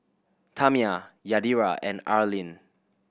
Tamya Yadira and Arlyne